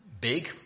big